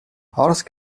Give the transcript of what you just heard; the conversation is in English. horse